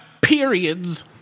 periods